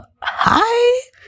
hi